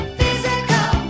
physical